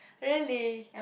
really